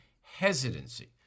hesitancy